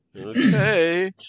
Okay